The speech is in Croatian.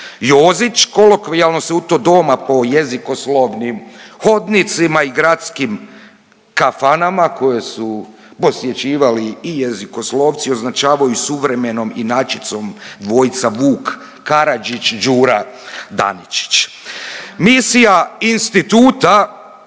kolokvijalno se u to doba po jezikoslovnim hodnicima i gradskim kafanama koje su posjećivali i jezikoslovci i označavaju suvremenom inačicom dvojca Vuk Karadžić-Đura Daničić. Misija instituta